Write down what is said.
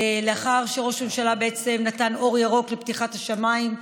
לאחר שראש הממשלה נתן אור ירוק לפתיחת השמיים,